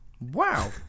Wow